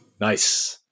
Nice